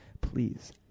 Please